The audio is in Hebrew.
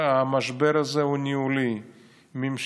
ההרג של אזרחים חפים מפשע שכל חטאם